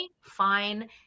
fine